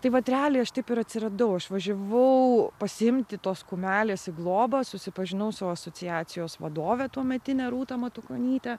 tai vat realiai aš taip ir atsiradau aš važiavau pasiimti tos kumelės į globą susipažinau su asociacijos vadove tuometine rūta matukonyte